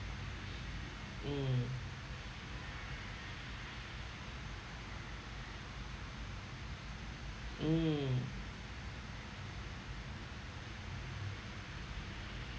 mm mm